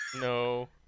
No